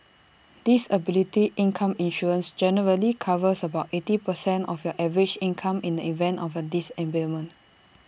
disability income insurance generally covers about eighty percent of your average income in the event of A disablement